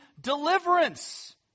deliverance